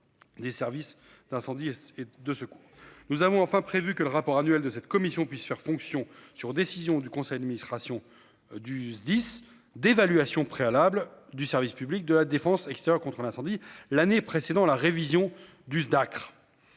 Des services d'incendie et de secours. Nous avons enfin prévu que le rapport annuel de cette commission puisse faire fonctions sur décision du conseil administration du SDIS d'évaluation préalable du service public de la Défense et cetera contre un incendie l'année précédant la révision du Dacr.